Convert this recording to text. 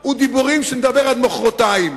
זה דיבורים שנדבר עד מחרתיים.